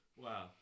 Wow